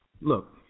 Look